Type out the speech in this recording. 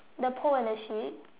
the pool and the sheep